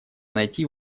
найти